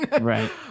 Right